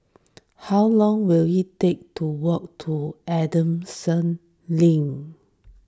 how long will it take to walk to Adamson